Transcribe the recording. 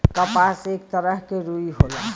कपास एक तरह के रुई होला